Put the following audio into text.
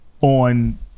on